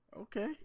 Okay